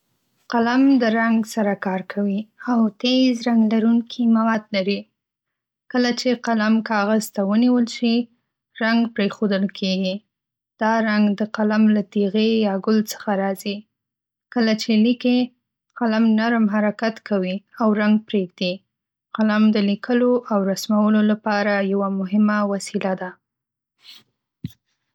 قلم د رنګ سره کار کوي او تېز رنګ لرونکي مواد لري. کله چې قلم کاغذ ته ونیول شي، رنګ پرېښودل کېږي. دا رنګ د قلم له تیغې یا ګل څخه راځي. کله چې لیکې، قلم نرم حرکت کوي او رنګ پرېږدي. قلم د لیکلو او رسمولو لپاره یوه مهمه وسیله ده.